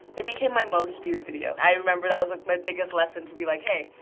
it became my most-viewed video. i remember that was my biggest lesson, to be like, hey,